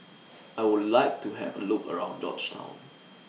I Would like to Have A Look around Georgetown